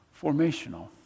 formational